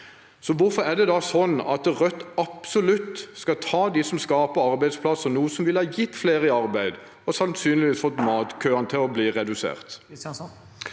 Hvorfor er det da sånn at Rødt absolutt skal ta dem som skaper arbeidsplasser, som ville ha gitt flere arbeid og sannsynligvis fått matkøene til å bli redusert?